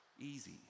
Easy